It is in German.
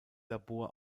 labor